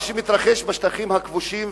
מה שמתרחש בשטחים הכבושים,